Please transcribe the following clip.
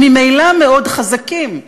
וממילא מאוד חזקים.